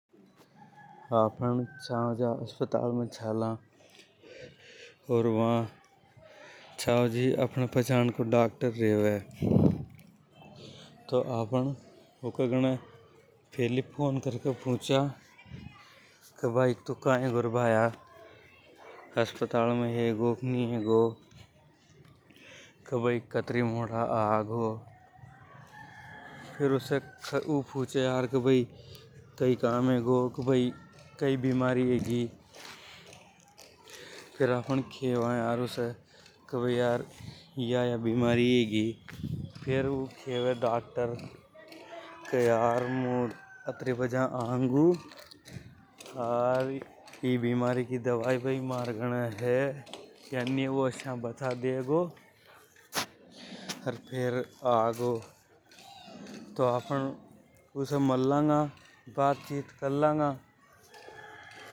आपन छाव जा अस्पताल में चाला। अर वा अपनी पचान को डाक्टर रेवे तो आपन ऊके गने। फैली फोन करके पूंछा के तू का हेगो र भाया। अस्पताल में हे गो या नि हे गो। कतरी मोड़ा आगे ,फेर ऊ पुछे के को काम हेगो के भाई कई बीमारी हेगी। के यार मु अत्री बजा अंगू। आर ई बीमारी की दवाई मरे गने हे या नि हे ऊ आशय बता देगो। फेर आपन उसे मल लांगा बातचीत कर लांगा।